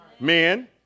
Men